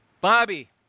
Bobby